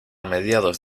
mediados